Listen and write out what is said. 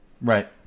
right